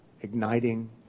igniting